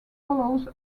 follows